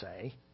say